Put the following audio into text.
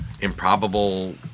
improbable